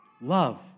Love